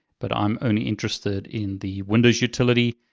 but i'm only interested in the windows utility.